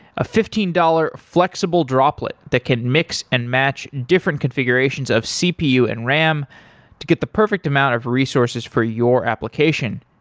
a fifteen dollars flexible droplet that can mix and match different configurations of cpu and ram to get the perfect amount of resources for your application.